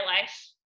life